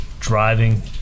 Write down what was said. driving